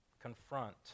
confront